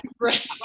right